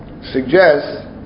suggests